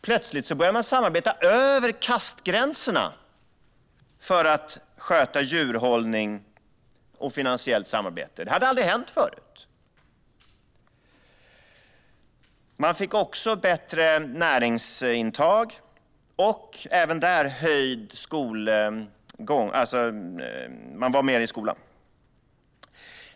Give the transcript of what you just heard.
Plötsligt började man samarbeta över kastgränserna för att sköta djurhållning och finansiellt samarbete. Det hade aldrig hänt förut. Näringsintaget blev också bättre och även där högre närvaro i skolan.